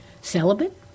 celibate